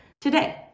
today